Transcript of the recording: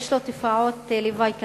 לתרופה יש תופעות לוואי קשות.